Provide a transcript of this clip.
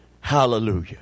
Hallelujah